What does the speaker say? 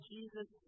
Jesus